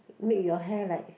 make your hair like